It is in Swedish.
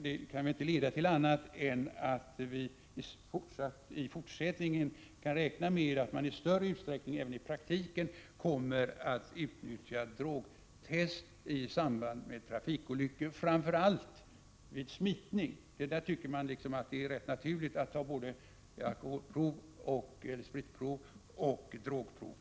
Det kan knappast leda till annat än att vi i fortsättningen kan räkna med att man i större utsträckning även i praktiken kommer att utnyttja drogtest i samband med trafikolyckor — framför allt vid smitning. I sådana fall är det ju rätt naturligt att ta både alkoholprov och drogprov.